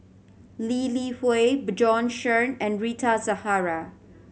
Lee Li Hui Bjorn Shen and Rita Zahara